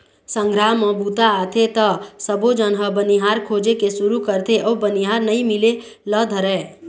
संघरा म बूता आथे त सबोझन ह बनिहार खोजे के सुरू करथे अउ बनिहार नइ मिले ल धरय